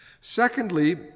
Secondly